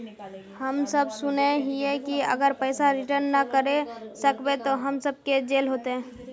हम सब सुनैय हिये की अगर पैसा रिटर्न ना करे सकबे तो हम सब के जेल होते?